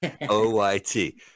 O-Y-T